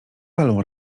palą